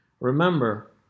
Remember